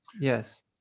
Yes